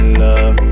love